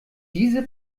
diese